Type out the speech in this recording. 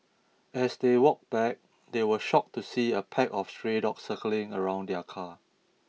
as they walked back they were shocked to see a pack of stray dogs circling around their car